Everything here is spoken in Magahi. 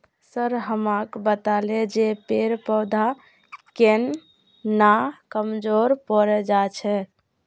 सर हमाक बताले जे पेड़ पौधा केन न कमजोर पोरे जा छेक